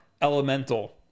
elemental